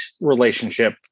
relationship